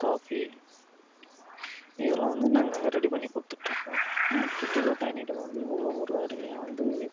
coffee இதெல்லாம் வந்து நாங்கள் ரெடி பண்ணிக் கொடுத்துட்ருக்கோம் சுற்றுலாப் பயணிகள் வந்து அவ்வளோ ஒரு அருமையாக வந்து